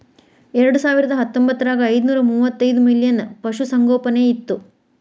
ಎರೆಡಸಾವಿರದಾ ಹತ್ತೊಂಬತ್ತರಾಗ ಐದನೂರಾ ಮೂವತ್ತೈದ ಮಿಲಿಯನ್ ಪಶುಸಂಗೋಪನೆ ಇತ್ತು